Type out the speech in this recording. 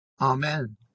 Amen